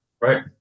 Right